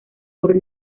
por